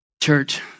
Church